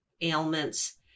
ailments